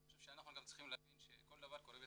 שאנחנו גם צריכים להבין שכל דבר קורה בתהליך.